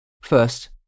First